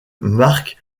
mark